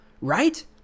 right